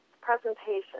presentation